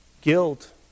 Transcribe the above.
Guilt